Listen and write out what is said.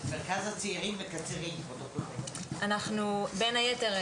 אנחנו בין היתר,